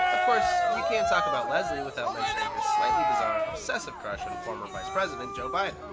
of course, you can't talk about leslie without mentioning her slightly bizarre, obsessive crush on former vice president joe biden.